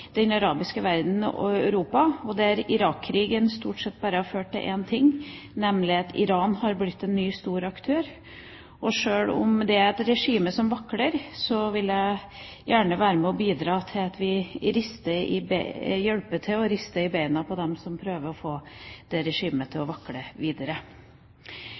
Der har Irak-krigen stort sett bare ført til én ting, nemlig at Iran har blitt en ny, stor aktør. Sjøl om det er et regime som vakler, vil jeg gjerne at vi er med og hjelper til med å riste i beina til dem som prøver å få dette regimet til å vakle videre.